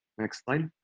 next slide.